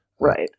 right